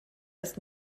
ist